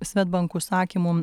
swedbank užsakymu